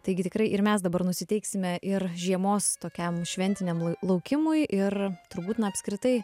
taigi tikrai ir mes dabar nusiteiksime ir žiemos tokiam šventiniam lai laukimui ir turbūt na apskritai